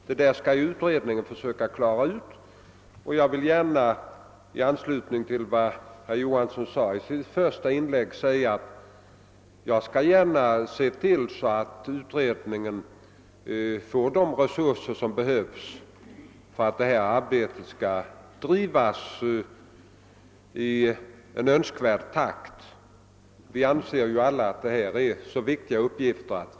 Den saken skall utredningen försöka klara ut, och jag vill gärna säga i anslutning till vad herr Johansson påpekade i sitt första inlägg att jag skall se till att utredningen får de resurser i form av arbetskraft och annat som krävs för att arbetet skall kunna bedrivas i önskvärd takt.